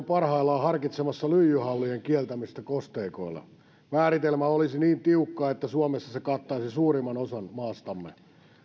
parhaillaan harkitsemassa lyijyhaulien kieltämistä kosteikoilla määritelmä olisi niin tiukka että suomessa se kattaisi suurimman osan maastamme